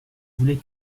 voulait